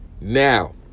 now